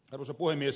arvoisa puhemies